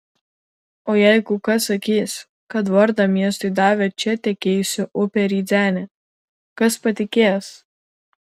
o jeigu kas sakys kad vardą miestui davė čia tekėjusi upė rydzene kas patikės